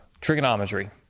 trigonometry